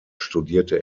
studierte